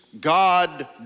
God